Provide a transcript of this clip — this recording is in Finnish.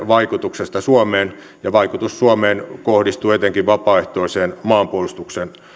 vaikutuksesta suomeen ja vaikutus suomeen kohdistuu etenkin vapaaehtoiseen maanpuolustukseen